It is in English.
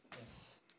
Yes